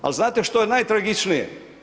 Ali znate što je najtragičnije?